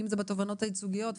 אם זה בתובענות הייצוגיות וכו',